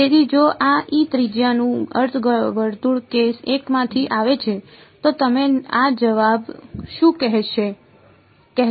તેથી જો આ ત્રિજ્યાનું અર્ધવર્તુળ કેસ 1 માંથી આવે છે તો તમે આ જવાબ શું કહેશો